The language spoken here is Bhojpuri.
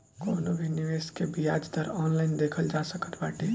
कवनो भी निवेश के बियाज दर ऑनलाइन देखल जा सकत बाटे